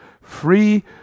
free